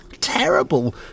terrible